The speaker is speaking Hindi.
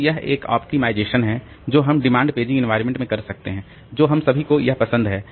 तो यह एक ऑप्टिमाइजेशन है जो हम डिमांड पेजिंग एनवायरमेंट में कर सकते हैं जो हम सभी को यह पसंद है